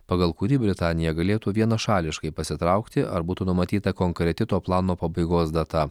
pagal kurį britanija galėtų vienašališkai pasitraukti ar būtų numatyta konkreti to plano pabaigos data